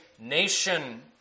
nation